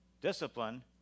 discipline